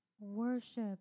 Worship